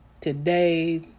today